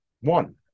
One